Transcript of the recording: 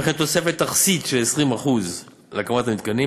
וכן תוספת תכסית של 20% להקמת מתקנים,